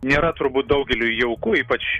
nėra turbūt daugeliui jauku ypač